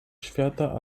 świata